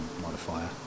modifier